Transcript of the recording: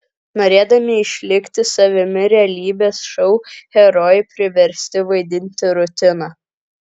norėdami išlikti savimi realybės šou herojai priversti vaidinti rutiną